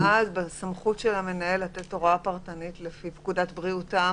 בסמכות של המנהל לתת הוראה פרטנית לפי פקודת בריאות העם?